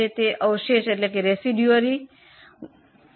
તે શેષ મુખ્ય પણ હોય છે